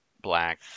black